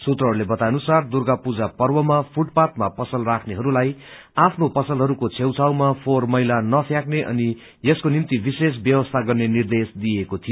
सूत्रहरूले बताए अनुसार दुर्गा पूजा पर्व फूटबाथ मा प्सल राख्नेहरूले आफ्नो पसलहरूको छेऊ छाऊमा फोहोर मैला नफ्यशक्ने अनि यसको निम्ति विशेष व्यवस्था गर्ने निर्देश दिइएको थियो